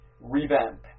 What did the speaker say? revamp